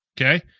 okay